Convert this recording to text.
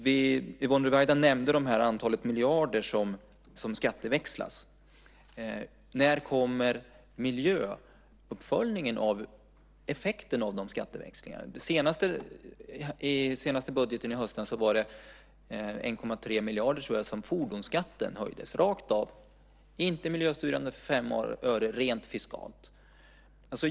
Yvonne Ruwaida nämnde antalet miljarder som skatteväxlas. När kommer miljöuppföljningen av effekterna av de skatteväxlingarna? I den senaste budgeten, i höstas, höjdes fordonsskatten med jag tror det var 1,3 miljarder rakt av. Det var inte miljöstyrande för fem öre utan rent fiskalt.